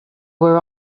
were